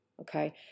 okay